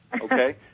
Okay